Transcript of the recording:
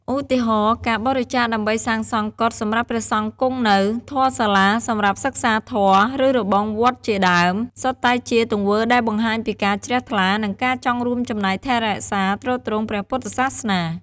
ឧទាហរណ៍ ការបរិច្ចាគដើម្បីសាងសង់កុដិសម្រាប់ព្រះសង្ឃគង់នៅ ធម្មសាលាសម្រាប់សិក្សាធម៌ ឬរបងវត្តជាដើម សុទ្ធតែជាទង្វើដែលបង្ហាញពីការជ្រះថ្លា និងការចង់រួមចំណែកថែរក្សាទ្រទ្រង់ព្រះពុទ្ធសាសនា។